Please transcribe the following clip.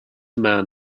man